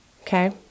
okay